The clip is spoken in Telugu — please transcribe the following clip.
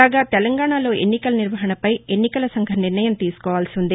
కాగా తెలంగాణలో ఎన్నికల నిర్వహణపై ఎన్నికల సంఘం నిర్ణయం తీసుకోవాల్సి ఉంది